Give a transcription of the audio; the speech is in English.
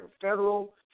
federal